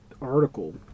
article